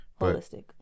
Holistic